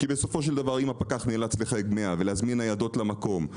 כי בסופו של דבר אם הפקח נאלץ לחייג 100 ולהזמין ניידות למקום,